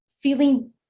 feeling